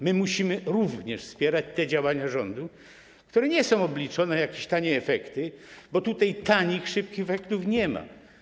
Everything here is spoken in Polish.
My musimy również wspierać te działania rządu, które nie są obliczone na jakieś tanie efekty, bo w tym wypadku tanich, szybkich efektów nie ma.